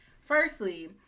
firstly